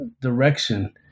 direction